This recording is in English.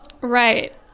Right